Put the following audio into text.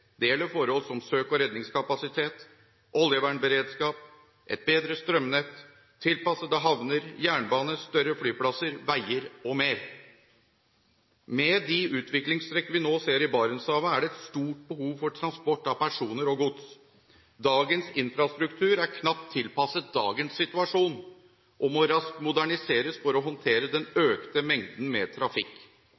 Det gjelder forhold som søk og redningskapasitet, oljevernberedskap, et bedre strømnett, tilpassede havner, jernbane, større flyplasser, veier og mer. Med de utviklingstrekk vi nå ser i Barentshavet, er det et stort behov for transport av personer og gods. Dagens infrastruktur er knapt tilpasset dagens situasjon og må raskt moderniseres for å håndtere den